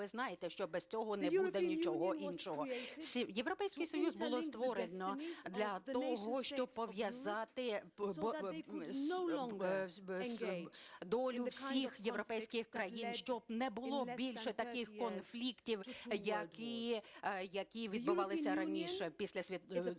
ви знаєте, що без цього не буде нічого іншого. Європейський Союз було створено для того, щоб пов'язати долю всіх європейських країн, щоб не було більше таких конфліктів, які відбувалися раніше після…